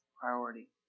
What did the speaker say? Priority